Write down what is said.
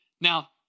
Now